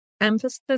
Emphasis